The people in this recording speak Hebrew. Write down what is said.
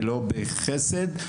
ולא בחסד.